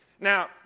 Now